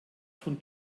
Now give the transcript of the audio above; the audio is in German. von